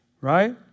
right